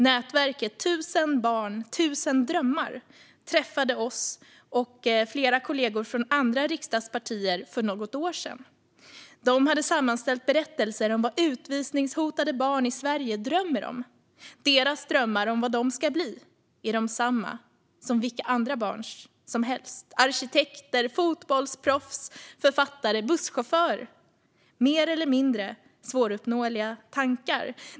Nätverket Tusen barn tusen drömmar träffade oss och flera kollegor från andra riksdagspartier för något år sedan. De hade sammanställt berättelser om vad utvisningshotade barn i Sverige drömmer om. Deras drömmar om vad de ska bli är desamma som vilka andra barn som helst har - arkitekt, fotbollsproffs, författare, busschaufför. Det är mer eller mindre svåruppnåeliga tankar.